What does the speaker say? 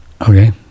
Okay